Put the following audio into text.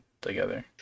together